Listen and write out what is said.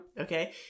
Okay